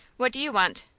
what do you want?